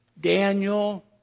Daniel